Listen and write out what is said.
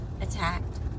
attacked